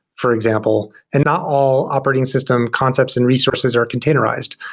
for example. and not all operating system concepts and resources are containerized.